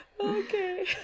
Okay